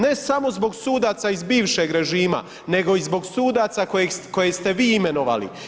Ne samo zbog sudaca iz bivšeg režima nego i zbog sudaca koje ste vi imenovali.